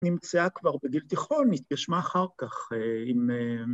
‫נמצאה כבר בגיל תיכון, ‫התגשמה אחר כך עם...